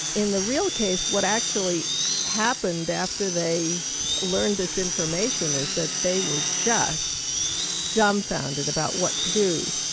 in the real case what actually happened after they learned this information, is that they were just dumbfounded about what to do.